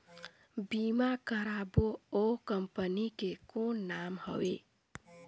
बीमा करबो ओ कंपनी के कौन नाम हवे?